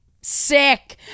sick